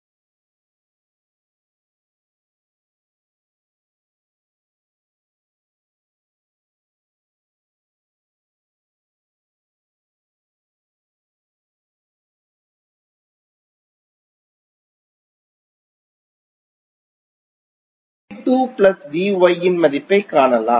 எனவே V1 மற்றும் V2 இன் மதிப்பை நாம் அறியும்போது V4 இன் மதிப்பைக் காணலாம் ஏனெனில் அது வெறுமனே V1 Vx மற்றும் V5 க்கு V2 இன் மதிப்பு தெரிந்தால் V5 V2 Vy இன் மதிப்பைக் காணலாம்